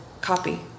copy